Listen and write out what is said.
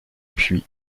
puits